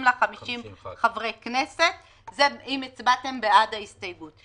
לה 50 חברי כנסת זה אם הצבעתם בעד ההסתייגות.